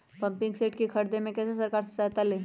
Pumping set के ख़रीदे मे कैसे सरकार से सहायता ले?